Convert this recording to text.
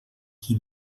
qui